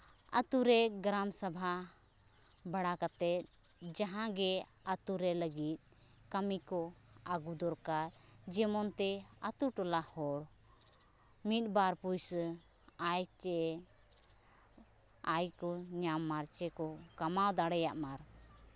ᱟᱛᱳ ᱨᱮ ᱜᱨᱟᱢ ᱥᱚᱵᱷᱟ ᱵᱟᱲᱟ ᱠᱟᱛᱮᱫ ᱡᱟᱦᱟᱸᱜᱮ ᱟᱛᱳ ᱨᱮ ᱞᱟᱹᱜᱤᱫ ᱠᱟᱹᱢᱤ ᱠᱚ ᱟᱹᱜᱩ ᱫᱚᱨᱠᱟᱨ ᱡᱮᱢᱚᱱ ᱛᱮ ᱟᱛᱳ ᱴᱚᱞᱟ ᱦᱚᱲ ᱢᱤᱫ ᱵᱟᱨ ᱯᱩᱭᱥᱟᱹ ᱟᱭ ᱥᱮ ᱟᱭ ᱠᱚ ᱧᱟᱢᱟ ᱥᱮᱠᱚ ᱠᱟᱢᱟᱣ ᱫᱟᱲᱮᱭᱟᱜ ᱢᱟ